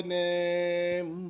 name